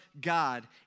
God